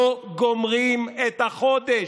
לא גומרים את החודש.